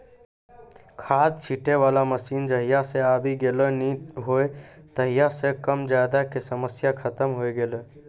खाद छीटै वाला मशीन जहिया सॅ आबी गेलै नी हो तहिया सॅ कम ज्यादा के समस्या खतम होय गेलै